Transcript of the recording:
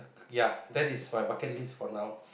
ya that is my bucket list for now